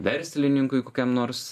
verslininkui kokiam nors